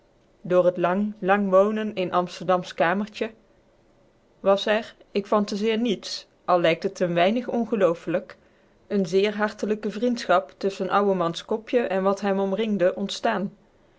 door het lang lang wonen in amsterdamsch kamertje was er ik fantaseer nièts al lijkt het een weinig ongelooflijk een zeer hartelijke vriendschap tusschen ouweman's kopje en wat hem omringde ontstaan